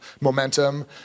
momentum